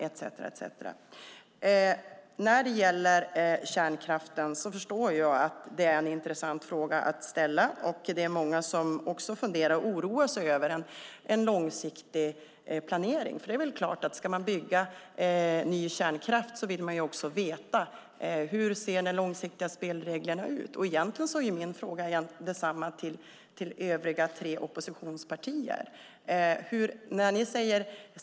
Jag förstår att det är intressant att fråga om kärnkraften. Det är många som funderar och oroar sig över en långsiktig planering. Ska man bygga ny kärnkraft vill man självfallet veta hur de långsiktiga spelreglerna ser ut. Egentligen har jag samma fråga till de tre oppositionspartierna.